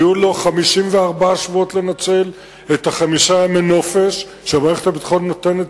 היו לו 54 שבועות לנצל את חמשת ימי הנופש שמערכת הביטחון נותנת,